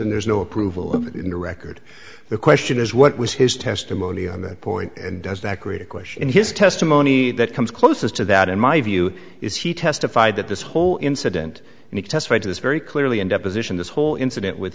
and there's no approval in the record the question is what was his testimony on that point and does that create a question in his testimony that comes closest to that in my view is he testified that this whole incident and he testified to this very clearly in deposition this whole incident with